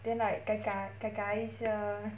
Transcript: then like the gai gai gai gai 一下